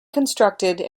constructed